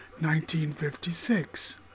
1956